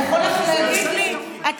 וזה בסדר גמור.